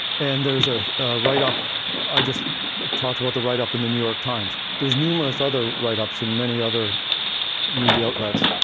and there's a write-up i just talked about the write-up in the new york times. there's numerous other write-ups in many other media outlets.